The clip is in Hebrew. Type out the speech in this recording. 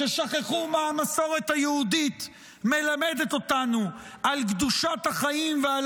ששכחו מה המסורת היהודית מלמדת אותנו על קדושת החיים ועל